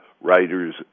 writers